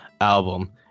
album